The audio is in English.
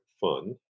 fun